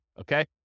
okay